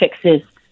fixes